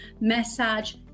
massage